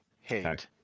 hate